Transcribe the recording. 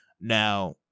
now